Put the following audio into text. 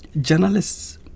journalists